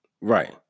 Right